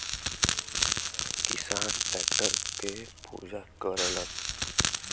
किसान टैक्टर के पूजा करलन